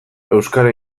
euskara